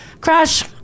Crash